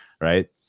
right